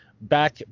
back